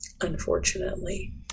unfortunately